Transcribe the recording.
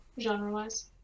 genre-wise